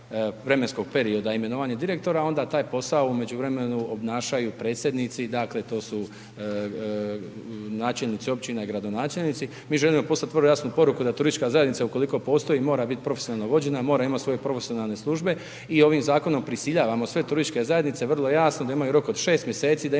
vremenskog perioda imenovanja direktora, onda taj posao u međuvremenu obnašaju predsjednici, dakle, to su načelnici općina i gradonačelnici. Mi želimo poslati vrlo jasnu poruku, da turistička zajednica, ukoliko postoji mora biti profesionalno vođena, mora imati svoje profesionalne službe i ovim zakonom prisiljavamo sve turističke zajednice vrlo jasno, da imaju rok od 6 mjeseci da imenuju